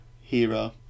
Hero